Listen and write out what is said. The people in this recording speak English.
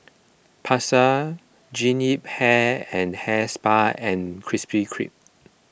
Pasar Jean Yip Hair and Hair Spa and Krispy Kreme